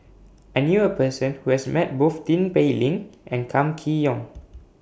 I knew A Person Who has Met Both Tin Pei Ling and Kam Kee Yong